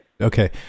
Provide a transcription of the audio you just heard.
okay